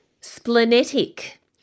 Splenetic